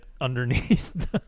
underneath